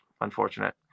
unfortunate